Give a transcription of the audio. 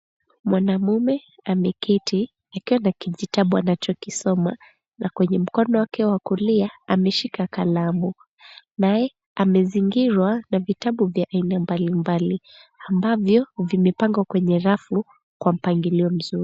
Mwanamume ameketi akiwa na kijitabu anacho kisoma na kwenye mkono wake wa kulia ameshika kalamu. Naye amezingirwa na vitabu vya aina ya mbali mbali ambavyo vimepangwa kwenye rafu kwa mpangilio mzuri.